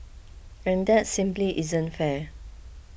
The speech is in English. and that simply isn't fair